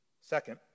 Second